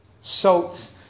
Salt